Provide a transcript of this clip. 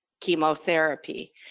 chemotherapy